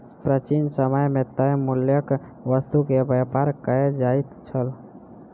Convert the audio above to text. प्राचीन समय मे तय मूल्यक वस्तु के व्यापार कयल जाइत छल